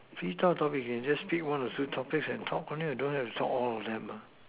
free style topics you can just speak one or two topics and talk only you don't have to talk all of them lah